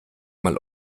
mal